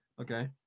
okay